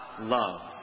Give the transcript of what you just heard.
loves